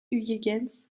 huygens